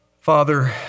Father